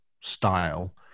style